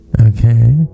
Okay